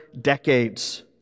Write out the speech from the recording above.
decades